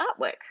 artwork